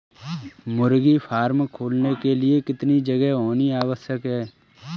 मुर्गी फार्म खोलने के लिए कितनी जगह होनी आवश्यक है?